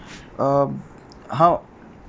um how